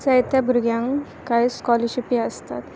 जायत्या भुरग्यांक कांय स्कॉलरशीपी आसतात